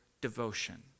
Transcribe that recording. devotion